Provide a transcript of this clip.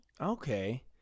Okay